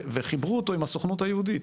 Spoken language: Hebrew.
והם חיברו אותו עם הסוכנות היהודית.